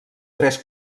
tres